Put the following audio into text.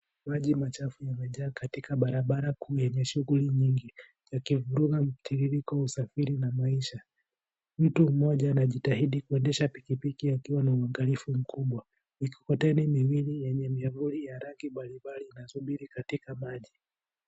Maji machafu yamejaa katika barabara kuu yenye shughuli nyingi, yakivuruga mtiririko wa usafiri na maisha. Mtu mmoja anajitahidi kuendesha pikipiki akiwa na uangalifu mkubwa. Mikokoteni miwili yenye miavuli ya rangi mbalimbali, inasubiri katika maji.